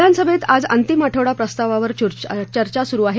विधानसभेत आज अंतिम आठवडा प्रस्तावावर चर्चा सुरु आहे